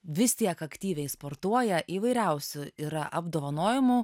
vis tiek aktyviai sportuoja įvairiausių yra apdovanojimų